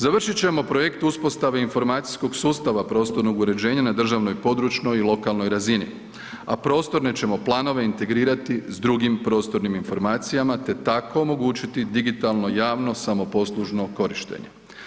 Završit ćemo projekt uspostave informacijskog sustava prostornog uređenja na državnoj, područnoj i lokalnoj razini, a prostorne ćemo planove integrirati s drugim prostornim informacijama, te tako omogućiti digitalno i javno samoposlužno korištenje.